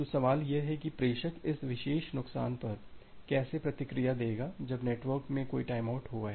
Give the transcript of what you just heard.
तो सवाल यह है कि तो प्रेषक इस विशेष नुकसान पर कैसे प्रतिक्रिया देगा जब नेटवर्क में कोई टाइमआउट हुआ है